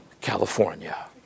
California